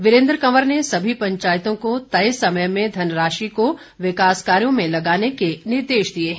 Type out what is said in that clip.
वीरेन्द्र कंवर ने सभी पंचायतों को तय समय में धनराशि को विकास कार्यों में लगाने के निर्देश दिए हैं